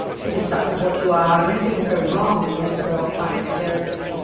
you're stuck with what you are and when things go wrong then you have to go off finding a therapist.